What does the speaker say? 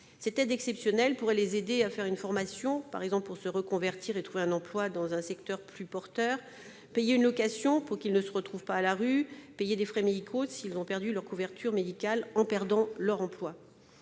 Cette aide exceptionnelle pourrait les aider à suivre une formation, par exemple pour se reconvertir et trouver un emploi dans un secteur plus porteur, à payer une location pour ne pas se retrouver pas à la rue ou à payer des frais médicaux s'ils ont perdu leur couverture médicale en perdant leur emploi.